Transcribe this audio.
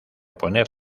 poner